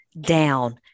down